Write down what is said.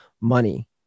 Money